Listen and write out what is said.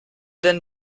denn